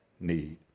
need